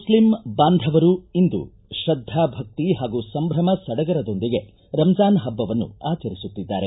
ಮುಷ್ಲಿಂ ಬಾಂಧವರು ಇಂದು ತ್ರದ್ವಾ ಭಕ್ತಿ ಹಾಗೂ ಸಂಭ್ರಮ ಸಡಗರದೊಂದಿಗೆ ರಂಜಾನ್ ಹಭ್ಗವನ್ನು ಆಚರಿಸುತ್ತಿದ್ದಾರೆ